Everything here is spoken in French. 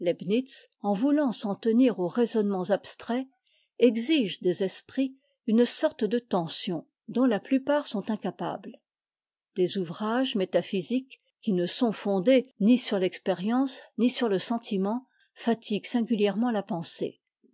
en voulant s'en tenir aux raisonnements abstraits exige des esprits une sorte de tension dont la plupart sont incapables des ouvrages métaphysiques qui ne sont fondés ni sur fexpérienee ni sur le sentiment fatiguent singuhèrement la pensée